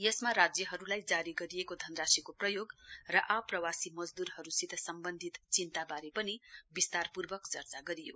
यस राज्यहरूलाई जारी गरिएको धनराशिको प्रयोग र आप्रवासी मजदूरहरूसित सम्वन्धित चिन्ताबारे पनि विस्तारपूर्वक चर्चा गरियो